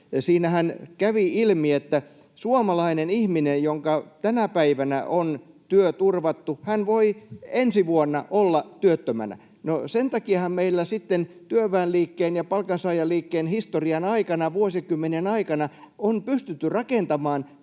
siinähän kävi tämä ilmi — että suomalainen ihminen, jonka työ on tänä päivänä turvattu, voi ensi vuonna olla työttömänä. No, sen takiahan meillä työväenliikkeen ja palkansaajaliikkeen historian aikana, vuosikymmenien aikana, on pystytty rakentamaan